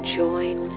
join